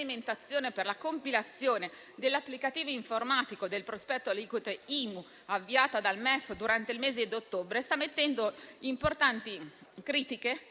per la compilazione dell'applicativo informatico del prospetto aliquote IMU avviata dal MEF durante il mese di ottobre, che sta riscontrando importanti critiche